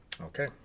Okay